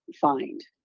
find